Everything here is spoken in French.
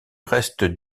reste